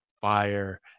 fire